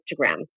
Instagram